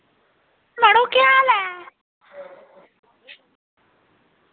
मड़ो केह् हाल ऐ